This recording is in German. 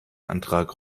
antrag